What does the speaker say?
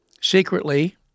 secretly